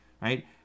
right